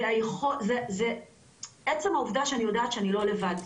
זה עצם העובדה שאני יודעת שאני לא לבד.